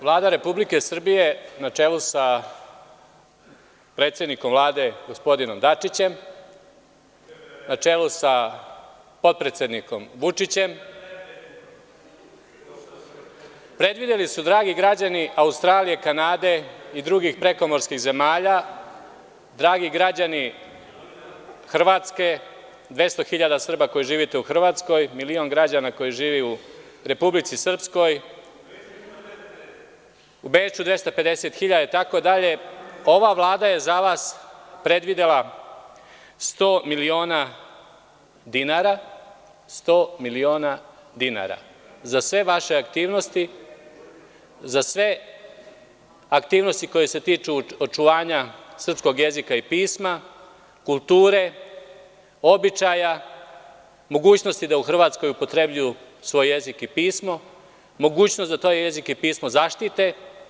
Vlada Republike Srbije na čelu sa predsednikom Vlade gospodinom Dačićem, na čelu sa potpredsednikom Vučićem, predvideli su, dragi građani Australije, Kanade i drugih prekomorskih zemalja, dragi građani Hrvatske, 200.000 Srba koji živite u Hrvatskoj, milion građana koji žive u Republici Srpskoj, u Beču 250.000 itd, ova Vlada je za vas predvidela 100 miliona dinara, 100 miliona dinara za sve vaše aktivnosti, za sve aktivnosti koje se tiču očuvanja srpskog jezika i pisma, kulture, običaja, mogućnosti da u Hrvatskoj upotrebljavaju svoj jezik i pismo, mogućnost da taj jezik i pismo zaštite.